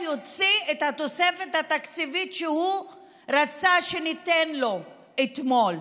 יוציא את התוספת התקציבית שהוא רצה שניתן לו אתמול,